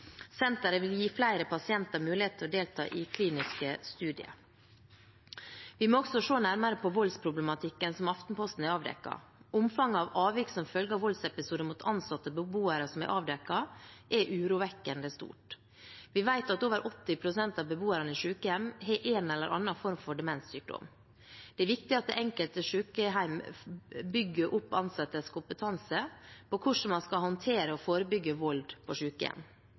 Senteret vil gi flere pasienter muligheten til å delta i kliniske studier. Vi må også se nærmere på voldsproblematikken som Aftenposten har avdekket. Omfanget av avvik som følge av voldsepisoder mot ansatte og beboere som er avdekket, er urovekkende stort. Vi vet at over 80 pst. av beboerne ved sykehjem har en eller annen form for demenssykdom. Det er viktig at det enkelte sykehjem bygger opp ansattes kompetanse om hvordan man skal håndtere og forebygge vold på